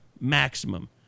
maximum